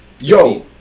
Yo